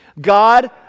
God